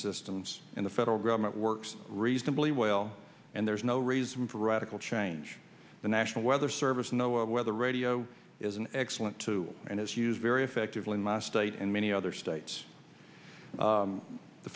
systems in the federal government works reasonably well and there's no reason for radical change the national weather service no weather radio is an excellent two and is used very effectively in my state and many other states